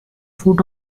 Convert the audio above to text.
foot